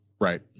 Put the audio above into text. Right